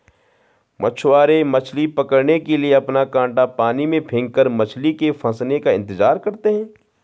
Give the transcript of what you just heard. मछुआरे मछली पकड़ने के लिए अपना कांटा पानी में फेंककर मछली के फंसने का इंतजार करते है